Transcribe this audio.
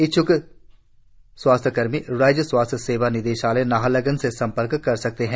इच्छ्क स्वास्थ्य कर्मी राज्य स्वास्थ्य सेवा निदेशालय नाहरलग्न से संपर्क कर सकते है